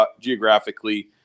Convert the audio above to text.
geographically